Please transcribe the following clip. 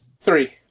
Three